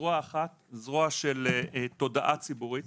זרוע אחת היא זרוע של תודעה ציבורית